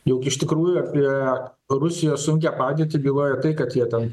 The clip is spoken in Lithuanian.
juk iš tikrųjų apie rusijos sunkią padėtį byloja tai kad jie ten